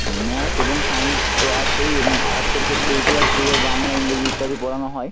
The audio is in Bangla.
ম্যাথ এবং সায়েন্স তো আছেই এবং আর্টসের ক্ষেত্রে ইতিহাস ভূগোল বাংলা ইংরেজি ইত্যাদি পড়ানো হয়